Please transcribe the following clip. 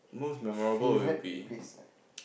your favorite place right